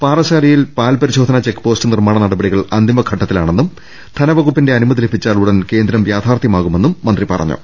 പാറശാലയിൽ പാൽ പരിശോധനാ ചെക്ക്പോസ്റ്റ് നിർമ്മാണ നടപടികൾ അന്തിമഘട്ടത്തിലാണെന്നും ധനവ കുപ്പിന്റെ അനുമതി ലഭിച്ചാൽ ഉടൻ കേന്ദ്രം യാഥാർത്ഥ്യമാ കുമെന്നും മന്ത്രി പറഞ്ഞു